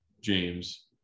James